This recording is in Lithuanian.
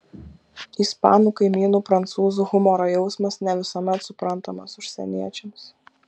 ispanų kaimynų prancūzų humoro jausmas ne visuomet suprantamas užsieniečiams